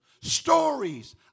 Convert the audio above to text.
Stories